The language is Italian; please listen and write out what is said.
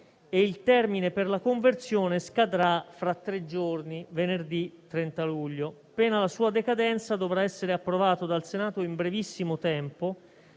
e il termine per la conversione scadrà fra tre giorni, venerdì 30 luglio: pertanto, pena la sua decadenza, dovrà essere approvato dal Senato in brevissimo tempo,